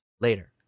Later